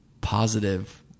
positive